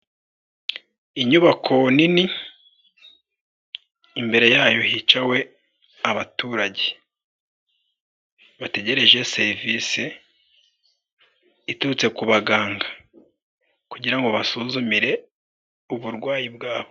Inyubako nini imbere yayo hicawe abaturage, bategereje serivisi iturutse ku baganga kugira ngo babasuzumire uburwayi bwabo.